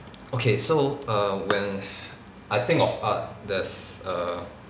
okay so err when I think of art there's a